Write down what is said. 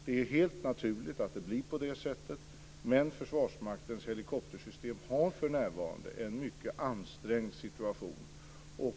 Det är helt naturligt att det blir på det sättet, men Försvarsmaktens helikoptersystem har för närvarande en mycket ansträngd situation.